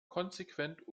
konsequent